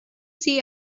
see